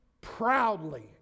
proudly